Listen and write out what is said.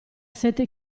sette